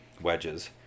wedges